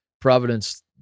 Providence